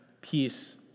peace